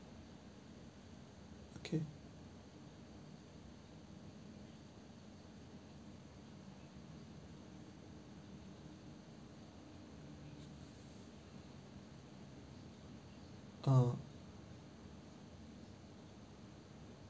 okay uh